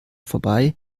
vorbei